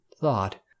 thought